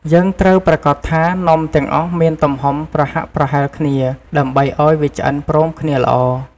យើងត្រូវប្រាកដថា នំទាំងអស់មានទំហំប្រហាក់ប្រហែលគ្នា ដើម្បីឱ្យវាឆ្អិនព្រមគ្នាល្អ។